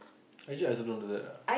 actually I also don't do that ah